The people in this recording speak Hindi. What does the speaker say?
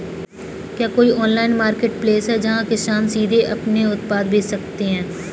क्या कोई ऑनलाइन मार्केटप्लेस है जहाँ किसान सीधे अपने उत्पाद बेच सकते हैं?